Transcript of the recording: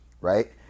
Right